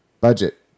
Budget